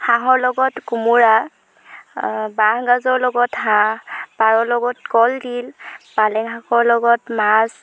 হাঁহৰ লগত কোমোৰা বাঁহ গাজৰ লগত হাঁহ পাৰৰ লগত কলডিল পালেং শাকৰ লগত মাছ